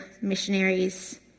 missionaries